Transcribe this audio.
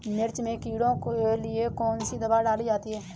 मिर्च में कीड़ों के लिए कौनसी दावा डाली जाती है?